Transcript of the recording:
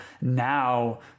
now